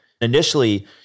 Initially